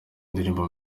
ndirimbo